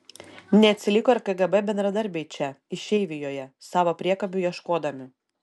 neatsiliko ir kgb bendradarbiai čia išeivijoje savo priekabių ieškodami